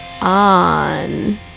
On